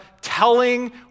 telling